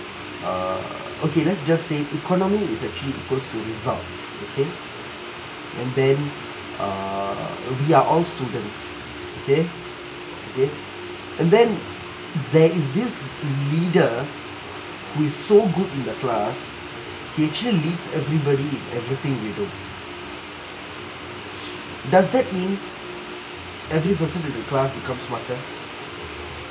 err okay let's just say economy is actually equals to results okay and then err we are all students okay okay and then there is this leader who is so good in the class he actually leads everybody in everything does that mean every person in the class become smarter